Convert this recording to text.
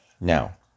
Now